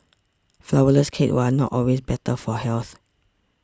Flourless Cakes are not always better for health